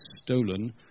stolen